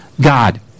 God